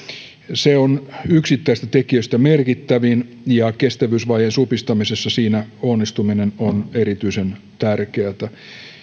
se on yksittäisistä tekijöistä merkittävin ja kestävyysvajeen supistamisessa siinä onnistuminen on erityisen tärkeätä